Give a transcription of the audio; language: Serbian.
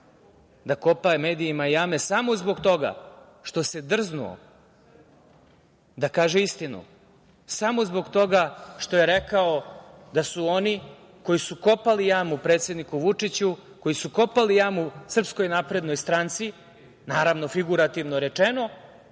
da kopa medijima jame samo zbog toga što se drznuo da kaže istinu. Samo zbog toga što je rekao da su oni koji su kopali jamu predsedniku Vučiću, koji su kopali jamu SNS, naravno figurativno rečeno,